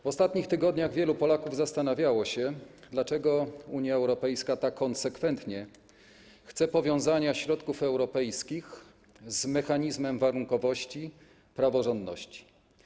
W ostatnich tygodniach wielu Polaków zastanawiało się, dlaczego Unia Europejska tak konsekwentnie chce powiązania środków europejskich z mechanizmem warunkowości, praworządności.